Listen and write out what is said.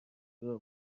دور